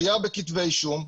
עליה בכתבי אישום,